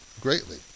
greatly